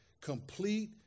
complete